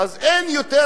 אין יותר